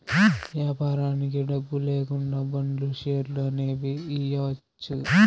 వ్యాపారానికి డబ్బు లేకుండా బాండ్లు, షేర్లు అనేవి ఇయ్యచ్చు